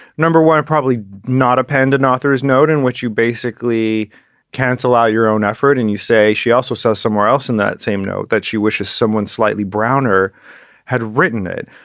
number one, probably not append an author's note in which you basically cancel out your own effort. and you say she also says somewhere else in that same note that she wishes someone slightly browner had written it.